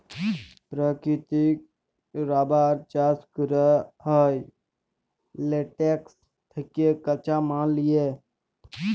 পেরাকিতিক রাবার চাষ ক্যরা হ্যয় ল্যাটেক্স থ্যাকে কাঁচা মাল লিয়ে